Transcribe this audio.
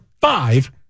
five